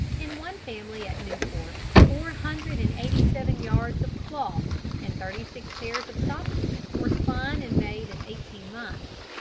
in one family at newport four hundred and eighty-seven yards of cloth and thirty-six pairs of stockings were spun and made in eighteen months.